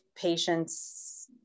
Patients